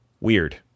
Weird